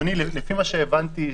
לפי מה שהבנתי,